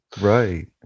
Right